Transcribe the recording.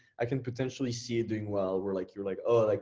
i can potentially see it doing well. where like you're like, oh, like